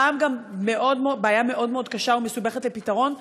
הפעם גם בעיה מאוד מאוד קשה ומסובכת לפתרון,